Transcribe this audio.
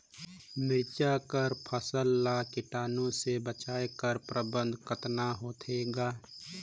मिरचा कर फसल ला कीटाणु से बचाय कर प्रबंधन कतना होथे ग?